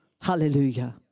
Hallelujah